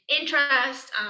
interest